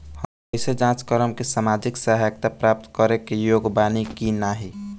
हम कइसे जांच करब कि सामाजिक सहायता प्राप्त करे के योग्य बानी की नाहीं?